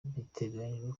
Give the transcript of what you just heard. biteganyijwe